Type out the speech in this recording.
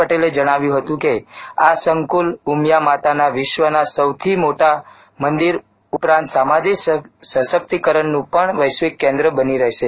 પટેલે જણાવ્યું હતું કે આ સંકુલ ઉમિયા માતાના વિશ્વના સૌથી મોટા મંદિર ઉપરાંત સામાજિક સશક્તિકરણનું પણ વૈશ્વિક કેન્દ્ર બની રહેશે